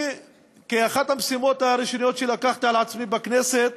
אחת המשימות הראשונות שלקחתי על עצמי בכנסת